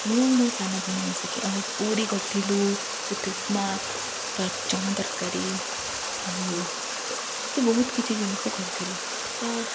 ମୁଁ ଆଉ ମୋ ସାନ ଭଉଣୀ ମିଶିକି ଆଉ ପୁରି କରିଥିଲୁ ୱିଥ୍ ଉପମା ଚଣା ତରକାରୀ ଆଉ ବହୁତ୍ କିଛି ଜିନିଷ କରିଥିଲୁ ତ